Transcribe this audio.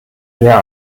ihr